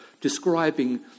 describing